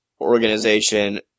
organization